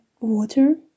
water